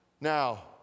Now